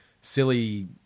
silly